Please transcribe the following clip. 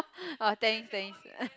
oh thanks thanks